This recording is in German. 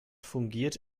fungiert